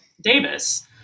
Davis